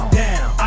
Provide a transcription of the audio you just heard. down